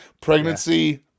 Pregnancy